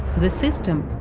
the system.